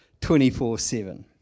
24-7